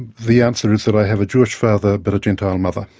the answer is that i have a jewish father but a gentile mother.